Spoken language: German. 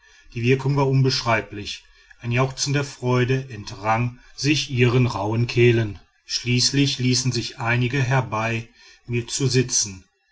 die wirkung war unbeschreiblich ein jauchzen der freude entrang sich ihren rauhen kehlen schließlich ließen sich einige herbei mir zu sitzen